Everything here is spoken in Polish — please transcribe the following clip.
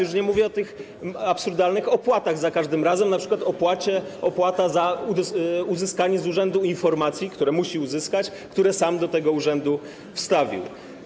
Już nie mówię o tych absurdalnych opłatach za każdym razem, np. opłacie za uzyskanie z urzędu informacji, które musi uzyskać, które sam do tego urzędu wstawił.